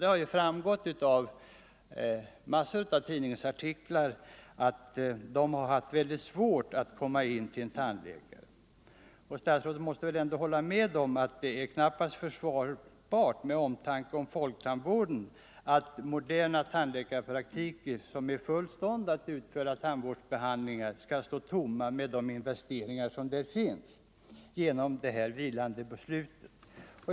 Det har framgått av en mängd tidningsartiklar 31 att det har varit mycket svårt för dem att få komma till en tandläkare. Statsrådet måste väl hålla med om att det knappast är försvarbart — ens om beslutet bygger på omtanke om folktandvården — att på grund av det här vilandebeslutet låta moderna tandläkarpraktiker, med de investeringar som gjorts där som är helt användbara för tandvårdsbehandlingar, stå tomma.